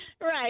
Right